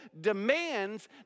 demands